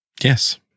Yes